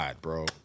bro